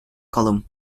column